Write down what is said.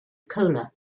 cola